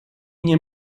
nie